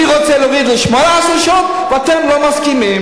אני רוצה להביא את זה ל-18 שעות, ואתם לא מסכימים.